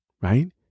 right